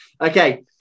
Okay